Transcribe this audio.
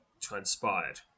transpired